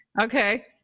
Okay